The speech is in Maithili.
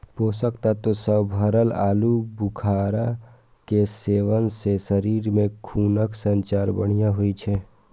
पोषक तत्व सं भरल आलू बुखारा के सेवन सं शरीर मे खूनक संचार बढ़िया होइ छै